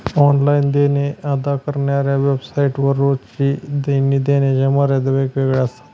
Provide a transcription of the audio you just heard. online देणे अदा करणाऱ्या वेबसाइट वर रोजची देणी देण्याच्या मर्यादा वेगवेगळ्या असतात